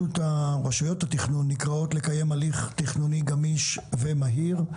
רשויות התכנון נקראות לקיים הליך תכנוני גמיש ומהיר.